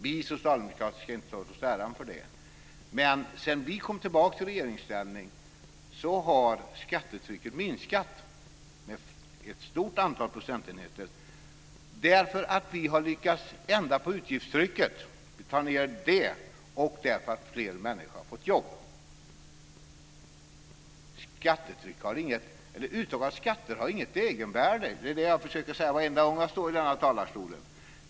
Vi socialdemokrater ska inte ta åt oss äran för det, men sedan vi kom tillbaka i regeringsställning har skattetrycket minskat med ett stort antal procentenheter därför att vi har lyckats ändra på utgiftstrycket och därför att fler människor har fått jobb. Uttaget av skatter har inget egenvärde. Det försöker jag säga varje gång jag står i denna talarstol.